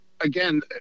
again